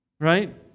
right